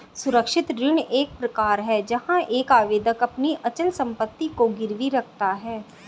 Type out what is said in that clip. सुरक्षित ऋण एक प्रकार है जहां एक आवेदक अपनी अचल संपत्ति को गिरवी रखता है